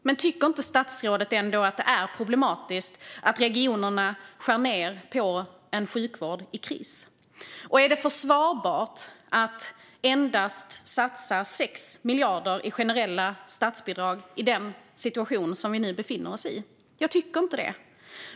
Men tycker inte statsrådet ändå att det är problematiskt att regionerna skär ned på en sjukvård i kris? Och är det försvarbart att endast satsa 6 miljarder i generella statsbidrag i den situation som vi nu befinner oss i? Jag tycker inte det.